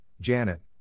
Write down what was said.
Janet